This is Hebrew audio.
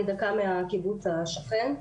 אני דקה מהקיבוץ השכן,